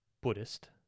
Buddhist